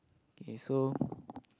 K so